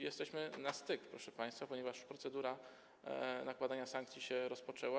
Jesteśmy na styk, proszę państwa, ponieważ procedura nakładania sankcji się rozpoczęła.